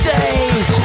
days